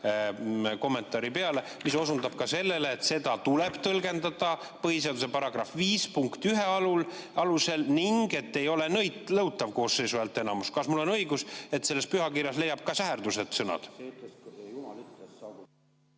kommentaari, mis osundab ka sellele, et seda tuleb tõlgendada põhiseaduse § 5 punkt 1 alusel ning ei ole nõutav koosseisu häälteenamus. Kas mul on õigus, et sellest pühakirjast leiab ka säherdused sõnad?